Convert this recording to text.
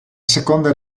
seconda